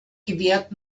gewährt